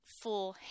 full